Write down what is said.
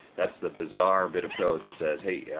that's the bizarre bit of code that says hey, yeah